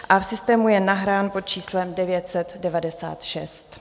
V systému je nahrán pod číslem 996.